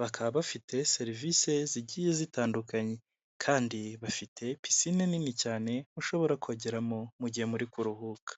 bakaba bafite serivisi zigiye zitandukanye kandi bafite pisine nini cyane mushobora kogeramo mu gihe muri kuruhuka.